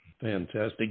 Fantastic